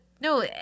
No